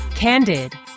Candid